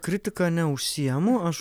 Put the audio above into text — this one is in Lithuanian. kritika neužsiimu aš